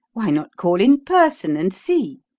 why not call in person and see?